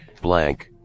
blank